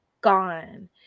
gone